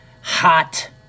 hot